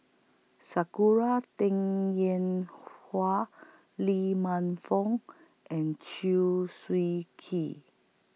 Sakura Teng Ying Hua Lee Man Fong and Chew Swee Kee